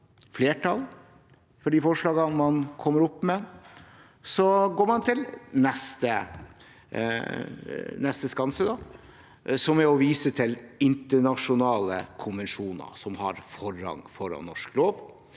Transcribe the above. flertall for de forslagene man kommer opp med, går man til neste skanse, som er å vise til internasjonale konvensjoner som har forrang foran norsk lov,